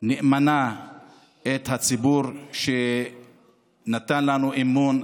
נאמנה את הציבור שנתן בנו אמון,